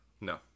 No